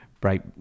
bright